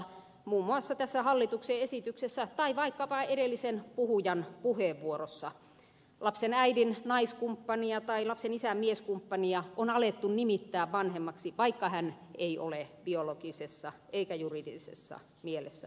muun muassa tässä hallituksen esityksessä tai vaikkapa edellisen puhujan puheenvuorossa lapsen äidin naiskumppania tai lapsen isän mieskumppania on alettu nimittää vanhemmaksi vaikka hän ei ole biologisessa eikä juridisessa mielessä vanhempi